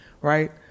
right